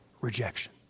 rejection